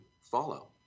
follow